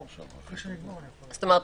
זאת אומרת,